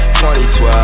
2012